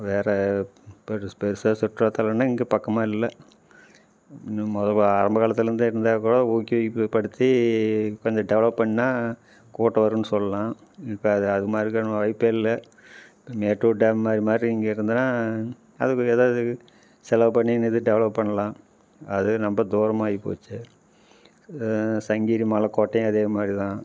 வேறு பெருஸ் பெருசாக சுற்றுலாத்தலன்னால் இங்கே பக்கமாக இல்லை நு மொதல் வா நம்ம காலத்துலேருந்தே இருந்தால் கூட ஓகே இம்ப்ரூவ் படுத்தி கொஞ்சம் டெவலப் பண்ணால் கூட்டம் வரும்னு சொல்லலாம் இப்போ அது அது மாதிரிக்கான வாய்ப்பே இல்லை மேட்டூர் டேம் மாதிரி மாதிரி இங்கே இருந்துன்னால் அதுக்கு ஏதாவது செலவு பண்ணி நீ எதுவும் டெவலப் பண்ணலாம் அது ரொம்ப தூரமாக ஆகி போச்சு சங்கிரி மலைக்கோட்டையும் அதே மாதிரி தான்